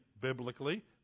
biblically